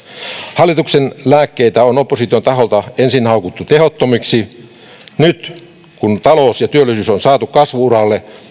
hallituksen lääkkeitä on opposition taholta ensin haukuttu tehottomiksi nyt kun talous ja työllisyys on saatu kasvu uralle